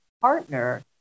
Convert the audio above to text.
partner